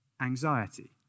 anxiety